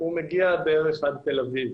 הוא מגיע בערך עד תל אביב.